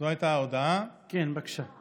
כן, בבקשה.